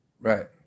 Right